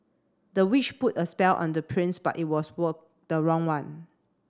the witch put a spell on the prince but it was were the wrong one